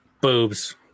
Boobs